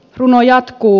runo jatkuu